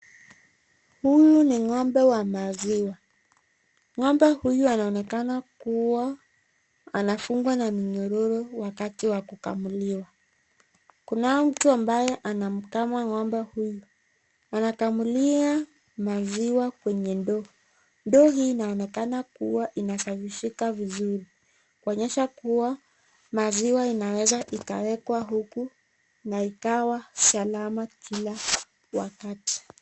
Huyu ni ng'ombe wa maziwa ambaye anaonekana kuwa anafungwa na minyororo wakati wa kukamuliwa. Kuna mtu amabaye anamkama, anakamulia maziwa kwenye ndoo ambayo inaonekana kuwa inasafisika vizuri kuonyesha kuwa maziwa inaweza kuwa inawekwa huku na ikawa salama kila wakati.